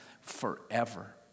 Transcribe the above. forever